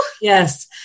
Yes